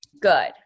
good